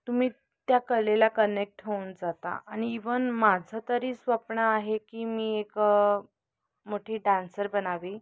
तुम्ही त्या कलेला कनेक्ट होऊन जाता आणि इव्हन माझं तरी स्वप्न आहे की मी एक मोठी डान्सर बनावी